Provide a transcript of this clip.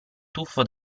tuffo